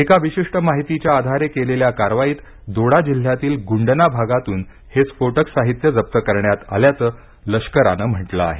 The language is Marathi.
एका विशिष्ट माहितीच्या आधारे केलेल्या कारवाईत दोडा जिल्ह्यातील गुंडना भागातून हे स्फोटक साहित्य जप्त करण्यात आल्याचं लष्कराने म्हटलं आहे